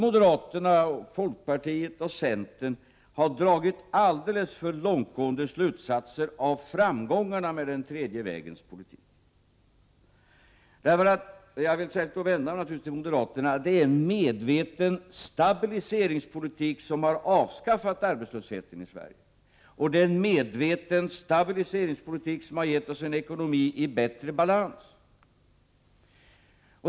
Moderaterna, folkpartiet och centern har dragit alldeles för långtgående slutsatser av framgångarna med den tredje vägens politik. Jag vill då särskilt vända mig till moderaterna och säga att det är en medveten stabiliseringspolitik som har avskaffat arbetslösheten i Sverige. Det är en medveten stabiliseringspolitik som har gett oss en ekonomi i bättre balans.